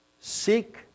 Seek